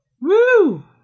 Woo